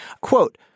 Quote